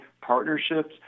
partnerships